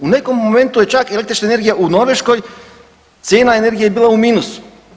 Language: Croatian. U nekom momentu je čak i električna energija u Norveškoj, cijena energije je bila u minusu.